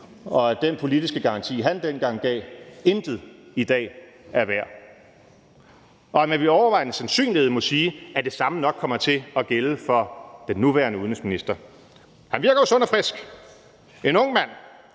og at den politiske garanti, han dengang gav, intet er værd i dag, og at vi med overvejende sandsynlighed må sige, at det samme nok kommer til at gælde for den nuværende udenrigsminister. Han virker jo sund og frisk. En ung mand,